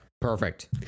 Perfect